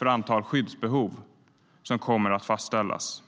antalet skyddsbehövande som kommer att fastställas.